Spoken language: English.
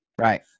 Right